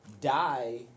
die